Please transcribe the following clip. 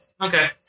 Okay